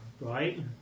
right